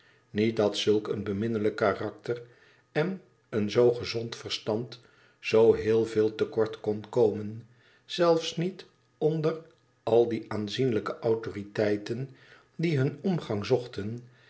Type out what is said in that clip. niet dat zulk een beminnelijk karakter en een zoo gezond versiand zoo heel veel te kort kon komen zelfs niet onder al die aanzienlijke autoriteiten die hun omgang zochten